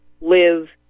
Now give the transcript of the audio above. live